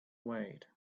wait